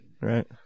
Right